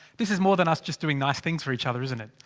this is more than us just doing nice things for each other isn't it?